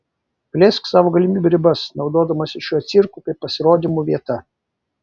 plėsk savo galimybių ribas naudodamasi šiuo cirku kaip pasirodymų vieta